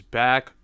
back